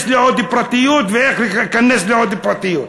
לעוד פרטיות ואיך להיכנס עוד פרטיות.